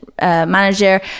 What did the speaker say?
manager